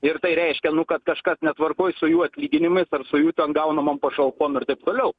ir tai reiškia nu kad kažkas netvarkoje su jų atlyginimais ar su jų ten gaunamom pašalpom ir taip toliau